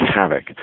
havoc